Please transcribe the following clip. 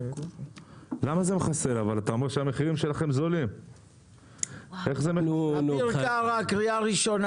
שר במשרד ראש הממשלה אביר קארה: